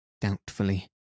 doubtfully